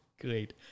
Great